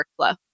workflow